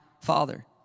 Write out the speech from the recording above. father